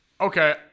okay